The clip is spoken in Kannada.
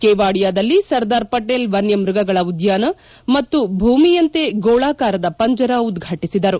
ಕೆವಾಡಿಯಾದಲ್ಲಿ ಸರ್ದಾರ್ ಪಟೇಲ್ ವನ್ಣಮೃಗಗಳ ಉದ್ದಾನ ಮತ್ತು ಭೂಮಿಯಂತೆ ಗೋಳಾಕಾರದ ಪಂಜರ ಉದ್ವಾಟಿಸಿದರು